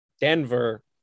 denver